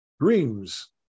Dreams